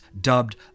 dubbed